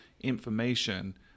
information